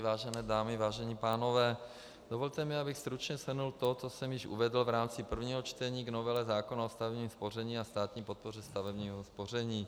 Vážené dámy, vážení pánové, dovolte mi, abych stručně shrnul to, co jsem již uvedl v rámci prvního čtení k novele zákona o státním spoření a státní podpoře stavebního spoření.